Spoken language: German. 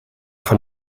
von